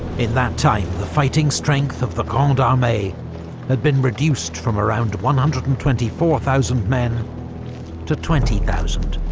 in that time, the fighting strength of the grande armee had been reduced from around one hundred and twenty four thousand men to twenty thousand,